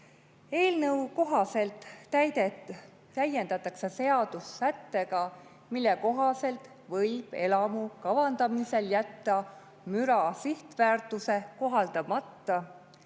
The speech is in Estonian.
Eelnõu kohaselt täiendatakse seadust sättega, mille kohaselt võib elamu kavandamisel jätta müra sihtväärtuse kohaldamata,